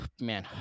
man